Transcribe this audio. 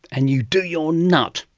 and you do your nut,